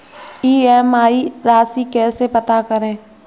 EMI राशि कैसे पता करें?